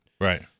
Right